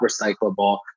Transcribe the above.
recyclable